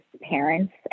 parents